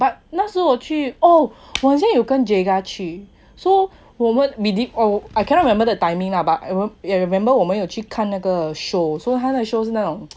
oh but 那时候 oh 我很像有跟 jega 去 so 我们 between 我 I cannot remember the timing lah but I won't I remember 我们有去看那个 show so 他的 show 是那种